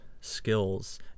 skills